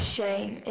Shame